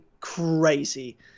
crazy